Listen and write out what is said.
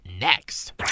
next